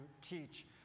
teach